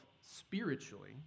spiritually